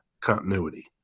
continuity